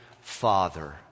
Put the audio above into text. father